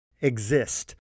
exist